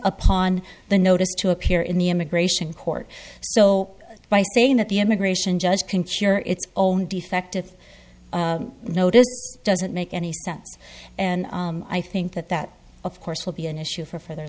upon the notice to appear in the immigration court so by saying that the immigration judge can cure its own defect with notice doesn't make any sense and i think that that of course will be an issue for for their